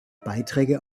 beiträge